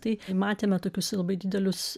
tai matėme tokius labai didelius